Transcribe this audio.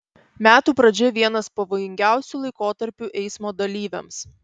metų pradžia vienas pavojingiausių laikotarpių eismo dalyviams